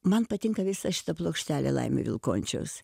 man patinka visa šita plokštelė laimio vilkončiaus